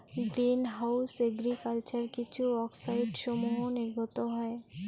green house agriculture কিছু অক্সাইডসমূহ নির্গত হয়